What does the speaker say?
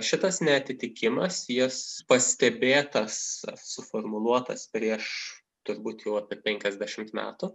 šitas neatitikimas jis pastebėtas suformuluotas prieš turbūt jau apie penkiasdešimt metų